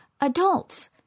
adults